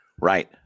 Right